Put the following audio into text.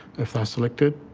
if they're selected,